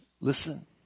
listen